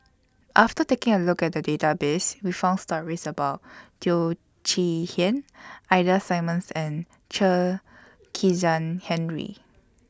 after taking A Look At The Database We found stories about Teo Chee Hean Ida Simmons and Chen Kezhan Henri